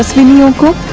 vishnu. uncle